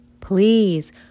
Please